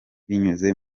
binyuze